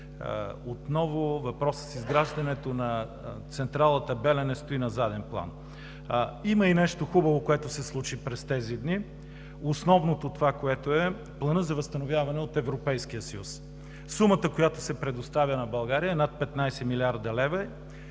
отново въпросът с изграждането на централата „Белене“ стои на заден план. Има и нещо хубаво, което се случи през тези дни. Основното е Планът за възстановяване от Европейския съюз. Сумата, която се предоставя на България, е над 15 млрд. лв.,